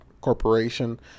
corporation